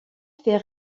fait